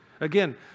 again